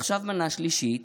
ועכשיו מנה שלישית,